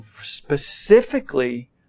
specifically